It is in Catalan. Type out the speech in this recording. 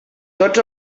tots